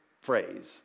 phrase